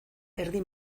erdi